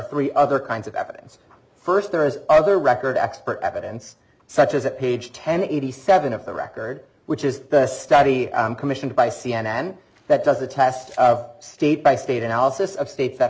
three other kinds of evidence first there is other record expert evidence such as page ten eighty seven of the record which is the study commissioned by c n n that does the test of state by state analysis of states that